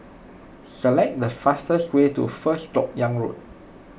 select the fastest way to First Lok Yang Road